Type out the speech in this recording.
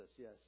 yes